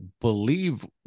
believe